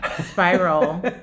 spiral